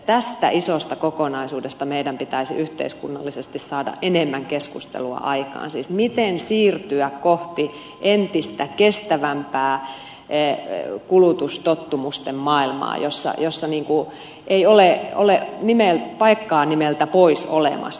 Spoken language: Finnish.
tästä isosta kokonaisuudesta meidän pitäisi yhteiskunnallisesti saada enemmän keskustelua aikaan siis siitä miten siirtyä kohti entistä kestävämpää kulutustottumusten maailmaa jossa ei ole paikkaa nimeltä pois olemassa